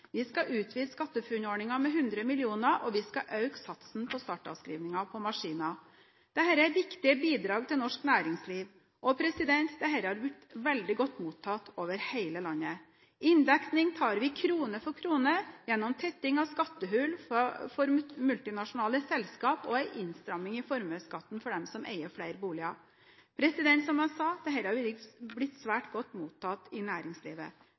Vi skal utvide SkatteFUNN-ordningen med 100 mill. kr, og vi skal øke satsen for startavskrivningen på maskiner. Dette er viktige bidrag til norsk næringsliv, som har blitt veldig godt mottatt over hele landet. Inndekningen tar vi krone for krone gjennom tetting av skattehull for multinasjonale selskaper og innstramming i formuesskatten for dem som eier flere boliger. Som jeg sa, dette har blitt svært godt mottatt i næringslivet.